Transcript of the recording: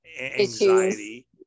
Anxiety